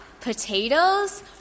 potatoes